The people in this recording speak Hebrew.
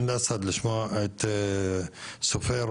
סופר,